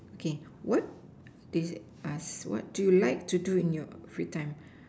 okay what is it what do you like to do in your free time